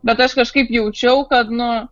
bet aš kažkaip jaučiau kad nu